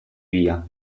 via